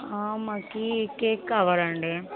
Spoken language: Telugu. మాకు కేక్ కావాలండి